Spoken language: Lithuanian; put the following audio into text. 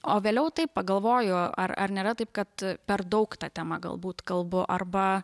o vėliau taip pagalvoju ar ar nėra taip kad per daug ta tema galbūt kalbu arba